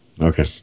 Okay